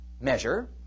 measure